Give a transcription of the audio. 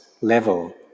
level